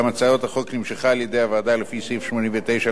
נמשכה על-ידי הוועדה לפי סעיף 89 לתקנון,